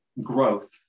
growth